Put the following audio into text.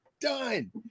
Done